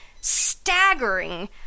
staggering